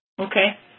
Okay